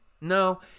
no